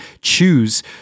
choose